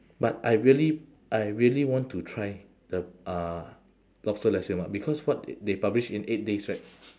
but I really I really want to try the uh lobster nasi lemak because what they publish in eight days right